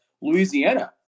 Louisiana